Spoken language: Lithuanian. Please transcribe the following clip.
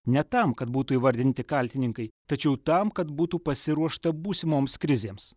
ne tam kad būtų įvardinti kaltininkai tačiau tam kad būtų pasiruošta būsimoms krizėms